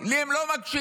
לי הם לא מקשיבים,